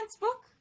book